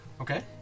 Okay